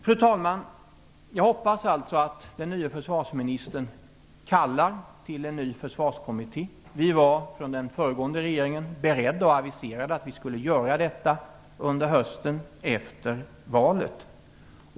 Fru talman! Jag hoppas alltså att den nye försvarsministern kallar till en ny försvarskommitté. Vi var i den föregående regeringen beredda att göra detta och aviserade att det skulle ske under hösten efter valet.